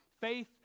Faith